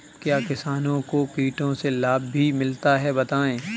क्या किसानों को कीटों से लाभ भी मिलता है बताएँ?